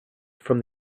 from